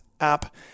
app